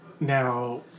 now